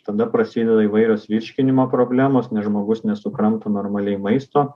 tada prasideda įvairios virškinimo problemos nes žmogus nesukramto normaliai maisto